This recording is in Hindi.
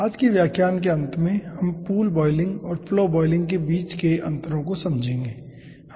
आज के व्याख्यान के अंत में हम पूल बॉयलिंग और फ्लो बॉयलिंग के बीच के अंतरों को समझेंगे